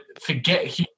forget